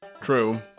True